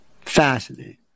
fascinating